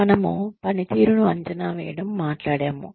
మనము పనితీరును అంచనా వేయడం మాట్లాడాము